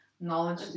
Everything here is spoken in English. knowledge